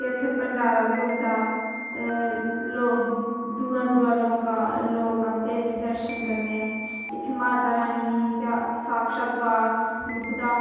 ते उ'त्थें भंडारा बी होंदा लोक दूरा दूरा लोक आंदे इ'त्थें दर्शन करने इ'त्थें माता रानी दा साक्षात वास लुबदा